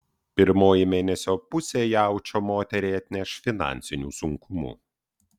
pirmoji mėnesio pusė jaučio moteriai atneš finansinių sunkumų